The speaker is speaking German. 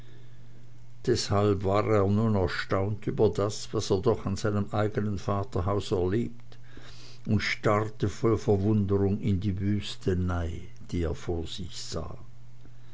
deshalb war er nun erstaunt über das was er doch an seinem eigenen vaterhause erlebt und starrte voll verwunderung in die wüstenei die er vor sich sah